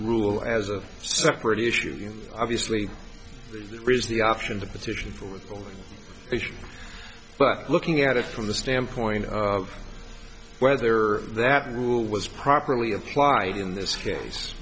rule as a separate issue obviously is the option to petition but looking at it from the standpoint of whether that rule was properly applied in this case